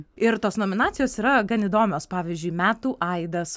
ir tos nominacijos yra gan įdomios pavyzdžiui metų aidas